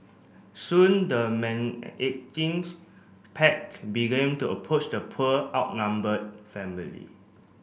soon the pack began to approach the poor outnumbered family